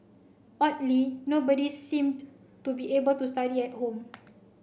oddly nobody seemed to be able to study at home